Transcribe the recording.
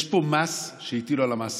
יש פה מס שהטילו על המעסיקים.